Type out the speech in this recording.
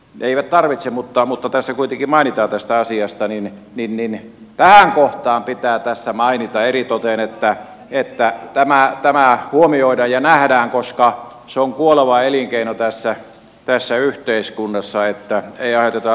eivät tarvitse mutta kun tässä kuitenkin mainitaan tästä asiasta niin tähän kohtaan pitää tässä mainita eritoten että tämä huomioidaan ja nähdään koska se on kuoleva elinkeino tässä yhteiskunnassa niin että ei aiheuteta lisäharmia